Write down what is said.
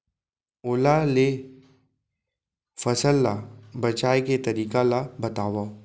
ओला ले फसल ला बचाए के तरीका ला बतावव?